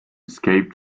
escape